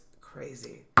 crazy